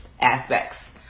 aspects